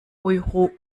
euro